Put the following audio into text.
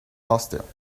hostile